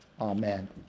Amen